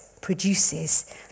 produces